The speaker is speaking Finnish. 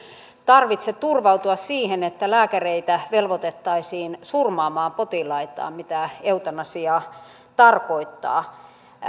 tarvitse turvautua siihen että lääkäreitä velvoitettaisiin surmaamaan potilaitaan mitä eutanasia tarkoittaa